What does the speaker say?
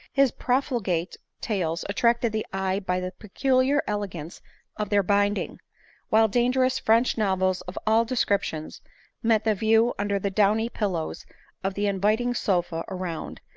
his profligate tales attracted the eye by the peculiar elegance of their binding while dangerous french novels of all descriptions met the view under the downy pillows of the inviting sofas around,